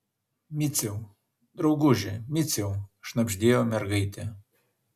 miciau drauguži miciau šnabždėjo mergaitė